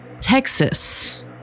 Texas